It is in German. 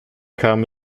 kam